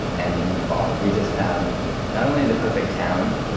and we just found not only the perfect town,